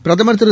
பிரதமர் திரு